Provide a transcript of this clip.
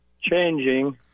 changing